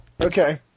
Okay